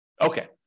Okay